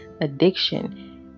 addiction